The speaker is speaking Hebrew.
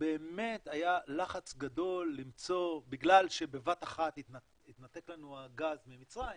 שבאמת היה לחץ גדול בגלל שבבת אחת התנתק לנו הגז ממצרים,